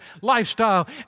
lifestyle